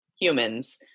humans